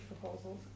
proposals